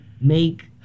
make